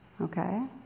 okay